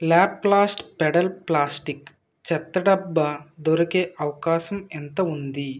లాప్లాస్ట్ pedal plastic చెత్తడబ్బా దొరికే అవకాశం ఎంత ఉంది